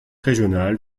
régionale